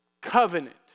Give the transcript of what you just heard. covenant